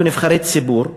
כנבחרי ציבור,